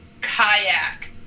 kayak